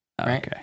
Okay